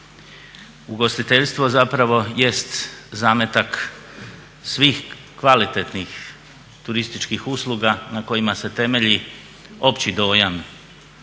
Ugostiteljstvo zapravo jest zametak svih kvalitetnih turističkih usluga na kojima se temelji opći dojam